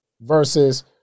Versus